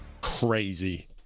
crazy